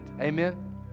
Amen